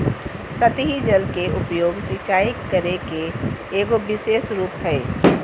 सतही जल के उपयोग, सिंचाई करे के एगो विशेष रूप हइ